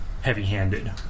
heavy-handed